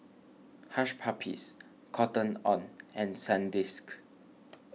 Hush Puppies Cotton on and Sandisk